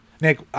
Nick